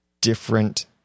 different